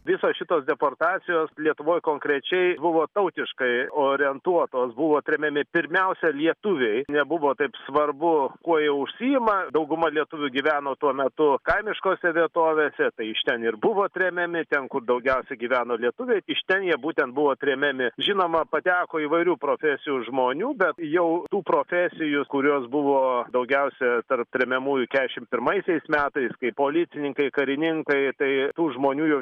visos šitos deportacijos lietuvoj konkrečiai buvo tautiškai orientuotos buvo tremiami pirmiausia lietuviai nebuvo taip svarbu kuo jie užsiima dauguma lietuvių gyveno tuo metu kaimiškose vietovėse tai iš ten ir buvo tremiami ten kur daugiausia gyveno lietuviai iš ten jie būtent buvo tremiami žinoma pateko įvairių profesijų žmonių bet jau tų profesijų kurios buvo daugiausia tarp tremiamųjų kešimt pirmaisiais metais kai policininkai karininkai tai tų žmonių jau